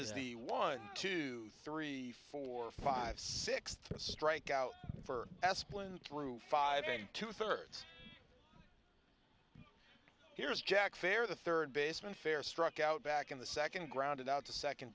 is the one two three four five six strikeout for esplin through five and two thirds here's jack fer the third baseman fer struck out back in the second grounded out to second